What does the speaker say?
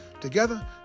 Together